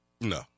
No